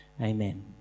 Amen